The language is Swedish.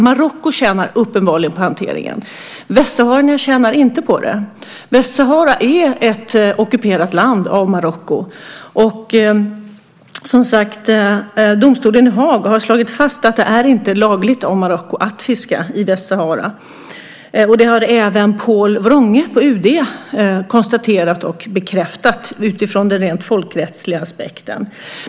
Marocko tjänar uppenbarligen på hanteringen. Västsaharierna tjänar inte på den. Västsahara är ett land som är ockuperat av Marocko. Domstolen i Haag har slagit fast att det inte är lagligt för Marocko att fiska i Västsahara. Det har även Pål Wrange på UD konstaterat och bekräftat utifrån den rent folkrättsliga aspekten.